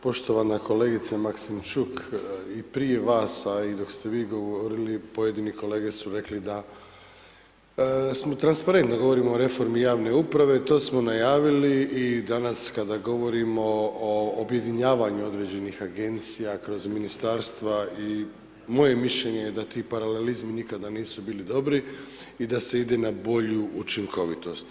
Poštovana kolegice Maksimčuk, i prije vas a i dok ste vi govorili, pojedini kolege su rekli da smo transparentni, da govorimo o reformi javne uprave, to smo najavili i danas kada govorimo o objedinjavanju određenih agencija kroz ministarstva i moje mišljenje da paralelizmi nikad nisu bili dobri i da se ide na bolju učinkovitost.